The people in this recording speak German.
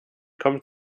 kommt